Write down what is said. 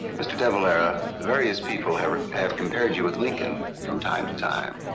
mr. de valera, various people have have compared you with lincoln from time to time.